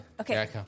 okay